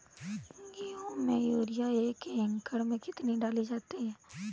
गेहूँ में यूरिया एक एकड़ में कितनी डाली जाती है?